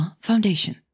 Foundation